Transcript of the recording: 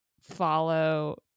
follow